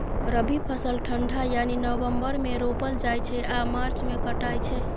रबी फसल ठंढा यानी नवंबर मे रोपल जाइ छै आ मार्च मे कटाई छै